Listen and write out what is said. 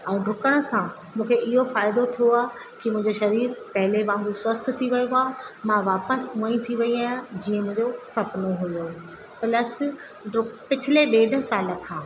ऐं ॾुकण सां मूंखे इहो फ़ाइदो थियो आहे कि मुंहिंजो शरीर पहिले वांगुरु स्वस्थ थी वियो आहे मां वापसि उहा ई थी वई आहियां जीअं मुंहिंजो सुपिनो हुयो प्लस ॾुक पिछले ॾेढ साल खां